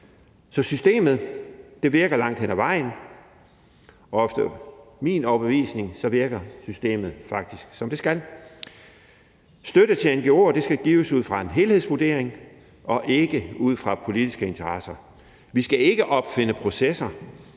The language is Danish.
Så systemet virker langt hen ad vejen, og efter min overbevisning virker systemet faktisk, som det skal. Støtte til ngo'er skal gives ud fra en helhedsvurdering og ikke ud fra politiske interesser. Vi skal ikke opfinde processer,